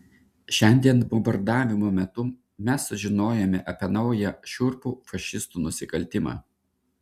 šiandien bombardavimo metu mes sužinojome apie naują šiurpų fašistų nusikaltimą